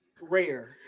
Rare